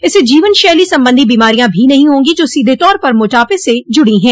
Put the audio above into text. इससे जीवन शैली संबंधी बीमारियां भी नहीं होगी जो सीधे तौर पर मोटापे से जुड़ी है